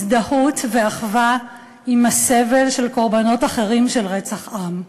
הזדהות ואחווה עם הסבל של קורבנות אחרים של רצח עם.